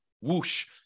whoosh